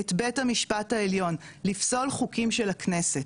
את בית המשפט העליון לפסול חוקים של הכנסת,